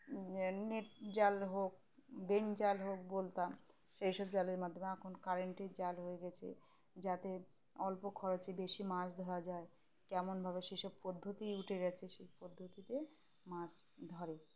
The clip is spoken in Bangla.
নেট জাল হোক বেন জাল হোক বলতাম সেই সব জালের মাধ্যমে এখন কারেন্টের জাল হয়ে গেছে যাতে অল্প খরচে বেশি মাছ ধরা যায় কেমনভাবে সেসব পদ্ধতিই উঠে গেছে সেই পদ্ধতিতে মাছ ধরে